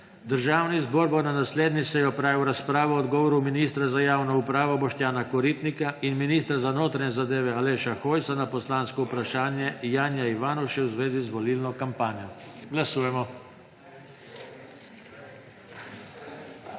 Državni zbor bo na naslednji seji opravil razpravo o odgovoru ministra za javno upravo Boštjana Koritnika in ministra za notranje zadeve Aleša Hojsa na poslansko vprašanje Janija Ivanuše v zvezi z volilno kampanjo. Glasujemo.